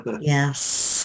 yes